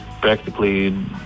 practically